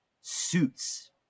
suits